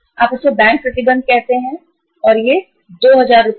आप इसे बैंक प्रतिबंध कहते हैं और ये राशि 2000 रुपये